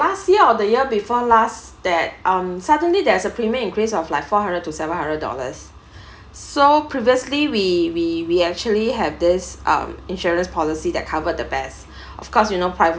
last year or the year before last that um suddenly there is a premium increase of like four hundred to seven hundred dollars so previously we we we actually have this um insurance policy that covered the best of course you know